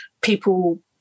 People